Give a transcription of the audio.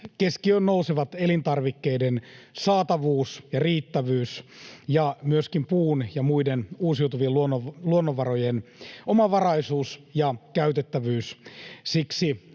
keskiöön nousevat elintarvikkeiden saatavuus ja riittävyys ja myöskin puun ja muiden uusiutuvien luonnonvarojen omavaraisuus ja käytettävyys.